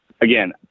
again